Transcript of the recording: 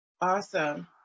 Awesome